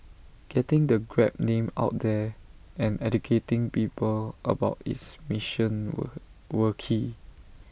getting the grab name out there and educating people about its mission were were key